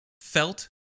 felt